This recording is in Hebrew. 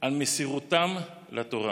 על מסירותם לתורה.